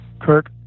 Kirk